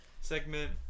segment